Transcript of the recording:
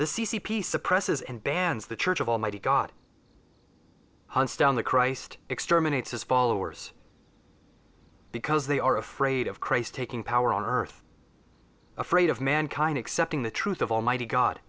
the c c p suppresses and bans the church of almighty god hunts down the christ exterminates his followers because they are afraid of christ taking power on earth afraid of mankind accepting the truth of almighty god